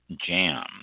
jam